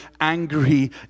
angry